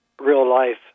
real-life